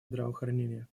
здравоохранения